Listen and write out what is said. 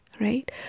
right